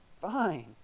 fine